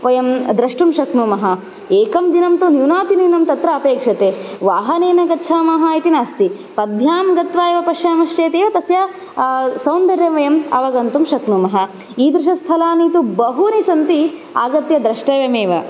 वयं द्रष्टुं शक्नुमः एकं दिनं तु न्यूनातिन्यूनं तत्र अपेक्षते वाहनेन गच्छामः इति नास्ति पद्भ्यां गत्वा एव पश्यामश्चेत् एव तस्य सौन्दर्यं वयम् अवगन्तुं शक्नुमः ईदृशस्थलानि तु बहूनि सन्ति आगत्य द्रष्टव्यमेव